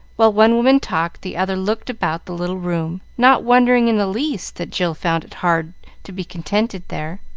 while one woman talked, the other looked about the little room, not wondering in the least that jill found it hard to be contented there.